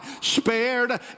spared